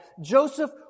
Joseph